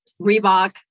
Reebok